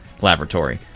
Laboratory